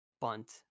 bunt